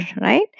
right